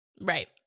Right